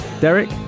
Derek